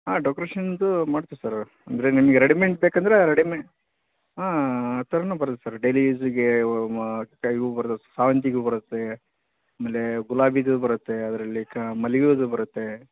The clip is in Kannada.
ಹಾಂ ಡೊಕ್ರೆಷನ್ಸು ಮಾಡ್ತೀವಿ ಸರ್ ಅಂದರೆ ನಿಮಗೆ ರೆಡಿಮೆಂಟ್ ಬೇಕಂದರೆ ರೆಡಿಮೆಂಟ್ ಹಾಂ ಆ ಥರನು ಬರುತ್ತೆ ಸರ್ ಡೈಲಿ ಯೂಸಿಗೆ ಇವು ಬರ್ತದ್ ಸೇವಂತಿಗೆ ಹೂ ಬರುತ್ತೆ ಆಮೇಲೆ ಗುಲಾಬಿದು ಬರುತ್ತೆ ಅದರಲ್ಲಿ ಮಲ್ಲಿಗೆ ಹೂದು ಬರುತ್ತೆ